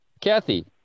Kathy